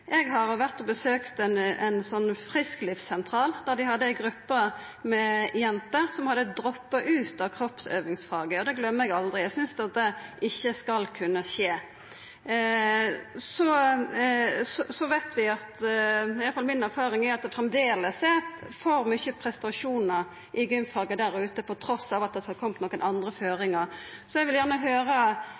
Eg har besøkt ein frisklivssentral der dei hadde ei gruppe med jenter som hadde droppa ut av kroppsøvingsfaget. Det gløymer eg aldri, eg synest at det ikkje skal kunna skje. Så veit vi, det er i alle fall mi erfaring, at det framleis er for mykje prestasjonar i gymfaget trass i at det har kome nokre andre føringar. Eg vil gjerne høyra